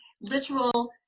literal